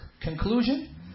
Conclusion